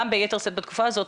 גם ביתר שאת בתקופה הזאת,